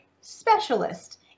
specialist